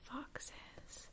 Foxes